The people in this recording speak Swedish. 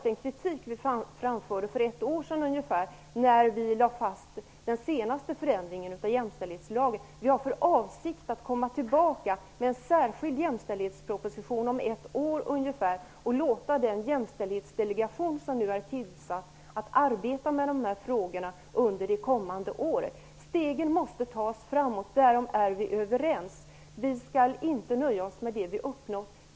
Den kritiken framförde vi själva för ungefär ett år sedan när den senaste förändringen av jämställdhetslagen lades fast. Vi har för avsikt att om ungefär ett år komma tillbaka med en särskild jämställdhetsproposition och låta den jämställdhetsdelegation som nu är tillsatt under det kommande året arbeta med dessa frågor. Stegen måste tas framåt. Därom är vi överens. Vi skall inte nöja oss med det vi uppnått.